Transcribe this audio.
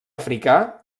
africà